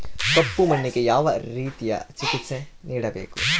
ಕಪ್ಪು ಮಣ್ಣಿಗೆ ಯಾವ ರೇತಿಯ ಚಿಕಿತ್ಸೆ ನೇಡಬೇಕು?